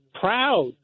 proud